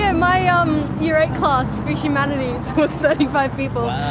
yeah my ah year eight class for humanities was thirty five people.